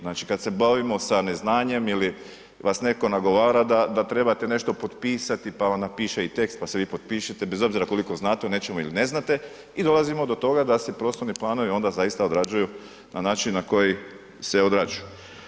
Znači, kad se bavimo sa neznanjem ili vas netko nagovara da trebate nešto potpisati, pa vam napiše i tekst, pa se vi potpišete bez obzira koliko znate o nečemu ili ne znate i dolazimo do toga da se prostorni planovi onda zaista odrađuju na način na koji se odrađuju.